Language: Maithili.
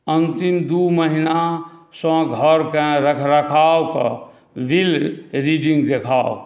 अन्तिम दुइ महिनासँ घरके रखरखावके बिल रीडिन्ग देखाउ